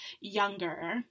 younger